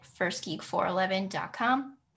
firstgeek411.com